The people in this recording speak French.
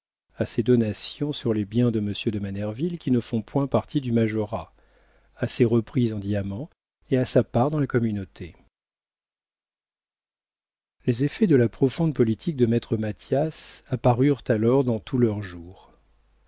à ses donations sur les biens de monsieur de manerville qui ne font point partie du majorat à ses reprises en diamants et à sa part dans la communauté les effets de la profonde politique de maître mathias apparurent alors dans tout leur jour